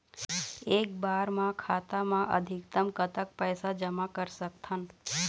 एक बार मा खाता मा अधिकतम कतक पैसा जमा कर सकथन?